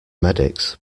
medics